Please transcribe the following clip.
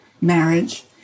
marriage